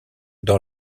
dans